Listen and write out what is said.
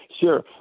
Sure